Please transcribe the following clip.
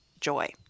joy